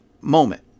moment